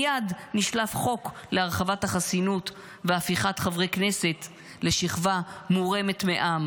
מייד נשלף חוק להרחבת החסינות והפיכת חברי כנסת לשכבה מורמת מעם.